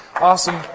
Awesome